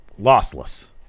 lossless